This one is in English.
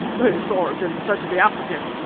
its origin is said to be african.